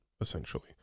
essentially